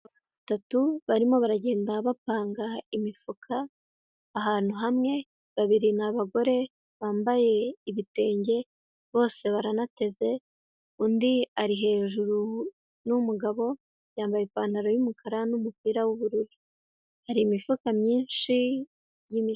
Batatu barimo baragenda bapanga imifuka ahantu hamwe babiri ni abagore bambaye ibitenge bose baranateze undi ari hejuru, ni umugabo yambaye ipantaro y'umukara n'umupira w'ubururu, hari imifuka myinshi y'imiti.